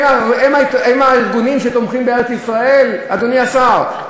הם הארגונים שתומכים בארץ-ישראל, אדוני השר?